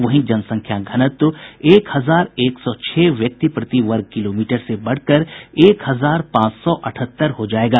वहीं जनसंख्या घनत्व एक हजार एक सौ छह व्यक्ति प्रतिवर्ग किलोमीटर से बढ़कर एक हजार पांच सौ अठहत्तर हो जायेगा